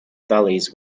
valleys